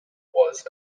was